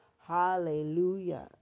Hallelujah